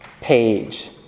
page